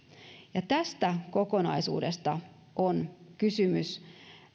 ja tästä kokonaisuudesta on kysymys